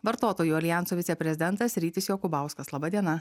vartotojų aljanso viceprezidentas rytis jokubauskas laba diena